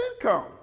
income